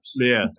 Yes